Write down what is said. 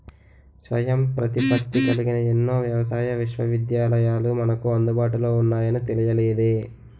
స్వయం ప్రతిపత్తి కలిగిన ఎన్నో వ్యవసాయ విశ్వవిద్యాలయాలు మనకు అందుబాటులో ఉన్నాయని తెలియలేదే